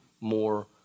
more